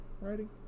writing